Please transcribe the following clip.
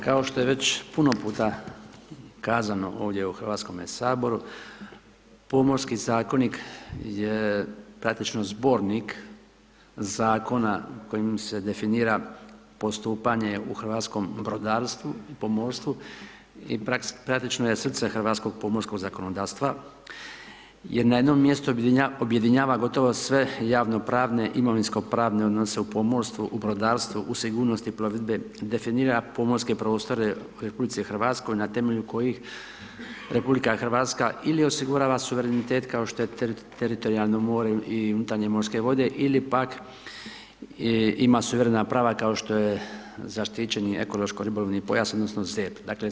Kao što je već puno puta kazano ovdje u HS-u, Pomorski zakonik, praktično zbornik zakona kojim se definira postupanje u hrvatskom brodarstvu, pomorstvu i praktično je srce hrvatskog pomorska zakonodavstva jer na jednom mjestu objedinjava gotovo sve javnopravne, imovinskopravne odnose u pomorstvu, u brodarstvu, u sigurnosti plovidbe, definira pomorske prostore u RH na temelju kojih RH ili osigurava suverenitet kao što je teritorijalno more i unutarnje morske vode, ili pak ima suverena prava kao što je zaštićeni ekološko-ribolovni pojas odnosno ZER.